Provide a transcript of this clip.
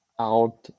out